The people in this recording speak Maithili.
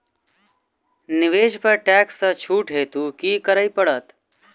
निवेश पर टैक्स सँ छुट हेतु की करै पड़त?